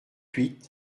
huit